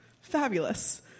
fabulous